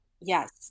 Yes